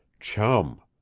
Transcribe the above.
chum!